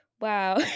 wow